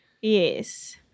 Yes